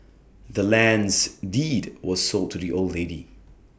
the land's deed was sold to the old lady